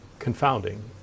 Confounding